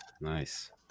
Nice